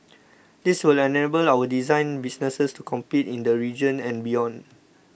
this will enable our design businesses to compete in the region and beyond